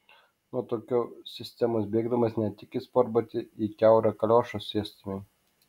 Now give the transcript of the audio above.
nuo tokios sistemos bėgdamas ne tik į sportbatį į kiaurą kaliošą sėstumei